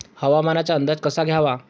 हवामानाचा अंदाज कसा घ्यावा?